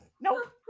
Nope